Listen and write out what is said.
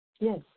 Yes